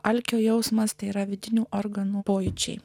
alkio jausmas tai yra vidinių organų pojūčiai